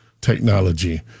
Technology